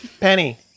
Penny